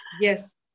Yes